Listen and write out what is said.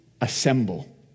assemble